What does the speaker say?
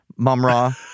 Mumra